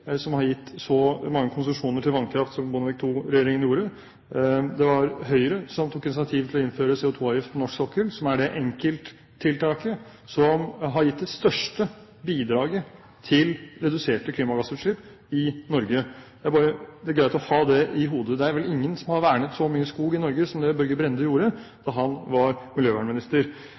som har gitt så mange konsesjoner til vannkraft som Bondevik II-regjeringen gjorde. Det var Høyre som tok initiativ til å innføre CO2-avgift på norsk sokkel, som er det enkelttiltaket som har gitt det største bidraget til reduserte klimagassutslipp i Norge. Det er greit å ha det i hodet. Det er vel ingen som har vernet så mye skog i Norge som det Børge Brende gjorde da han var miljøvernminister.